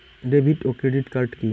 David ও credit card কি?